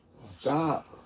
stop